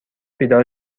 بیدار